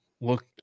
look